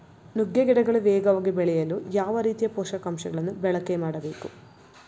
ನುಗ್ಗೆ ಗಿಡಗಳು ವೇಗವಾಗಿ ಬೆಳೆಯಲು ಯಾವ ರೀತಿಯ ಪೋಷಕಾಂಶಗಳನ್ನು ಬಳಕೆ ಮಾಡಬೇಕು?